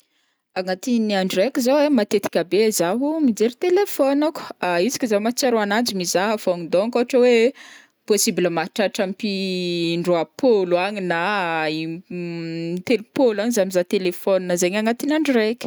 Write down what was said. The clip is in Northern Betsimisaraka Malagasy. Agnatin'ny andro raiky zao ai matetiky be zaho mijery téléphonako isaka zah mahatsiaro ananjy mizaha fogna, donc ohatra hoe possible mahatratra ampy in-droampôlo agny na in- telompôlo agny zah mizaha téléphone zaigny agnatin'andro raiky.